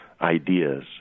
ideas